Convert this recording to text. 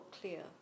clear